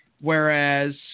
Whereas